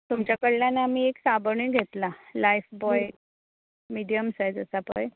तुमच्या कडल्यान आमी एक साबणूय घेतलां लायफबॉय मिडीयम सायज आसा पळय